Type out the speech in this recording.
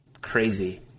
Crazy